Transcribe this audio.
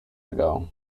ago